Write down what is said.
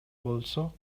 болсо